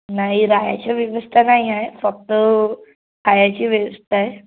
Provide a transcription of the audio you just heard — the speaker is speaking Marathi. नाही राहायची व्यवस्था नाही आहे फक्त खायची व्यवस्था आहे